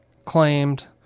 claimed